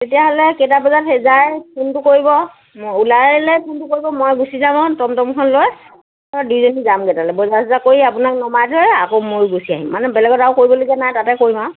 তেতিয়াহ'লে কেইটা বজাত হেৰি যায় ফোনটো কৰিব মই ওলাই ল'লে ফোনটো কৰিব মই গুচি যাম টমটমখন লৈ দুইজনী যামগৈ তালৈ বজাৰ চজাৰ কৰি আপোনাক নমাই থৈ আকৌ ময়ো গুচি আহিম মানে বেলেগত আৰু কৰিবলগীয়া নাই তাতে কৰিম আৰু